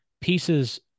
pieces